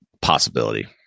possibility